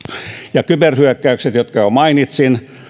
ja kyberhyökkäykset jotka jo mainitsin